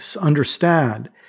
understand